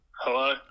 Hello